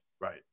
Right